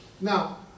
Now